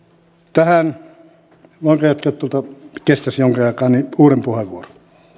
voinko ottaa kestäisi jonkin aikaa uuden puheenvuoron